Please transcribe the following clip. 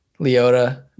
Leota